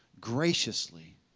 graciously